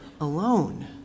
alone